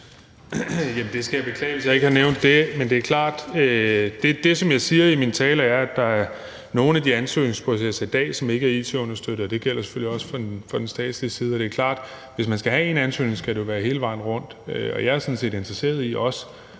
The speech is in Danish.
Jeg skal beklage, hvis jeg ikke har nævnt det, men det, som jeg siger i min tale, er, at der er nogle af de ansøgningsprocesser i dag, som ikke er it-understøttede, og det gælder selvfølgelig også fra den statslige side. Og det er klart, at hvis man skal have én ansøgning, skal det være hele vejen rundt, og jeg er sådan set også interesseret i,